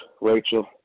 Rachel